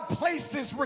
places